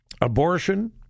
abortion